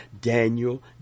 Daniel